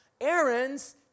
Aaron's